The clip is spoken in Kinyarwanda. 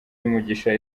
y’umugisha